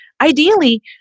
Ideally